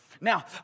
Now